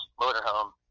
motorhome